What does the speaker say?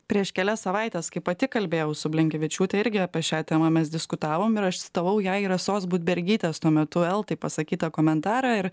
prieš kelias savaites kai pati kalbėjau su blinkevičiūte irgi apie šią temą mes diskutavom ir aš citavau jai rasos budbergytės tuo metu eltai pasakytą komentarą ir